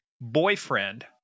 boyfriend